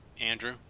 Andrew